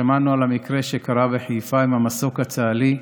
כששמענו על המקרה שקרה בחיפה עם המסוק הצה"לי,